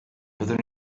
byddwn